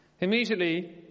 Immediately